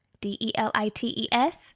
D-E-L-I-T-E-S